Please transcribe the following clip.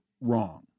wrong